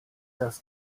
das